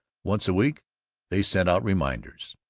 once a week they sent out reminders